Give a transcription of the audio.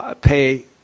pay